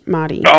Marty